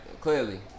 Clearly